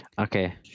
okay